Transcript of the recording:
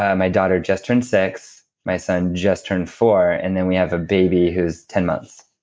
ah my daughter just turned six, my son just turned four. and then we have a baby who's ten months.